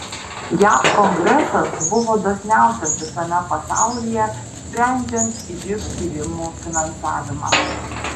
jav kongresas buvo dosniausias visame pasaulyje sprendžiant živ tyrimų finansavimą